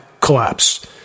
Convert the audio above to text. collapse